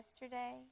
yesterday